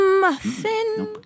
muffin